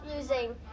using